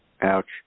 Ouch